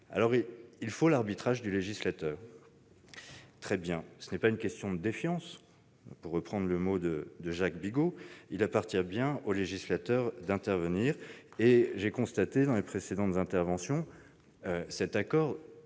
». Il faut donc l'arbitrage du législateur. Oui ! Ce n'est pas une question de « défiance », pour reprendre le mot de Jacques Bigot : il appartient bien au législateur d'intervenir. J'ai d'ailleurs constaté, dans les précédentes interventions, un accord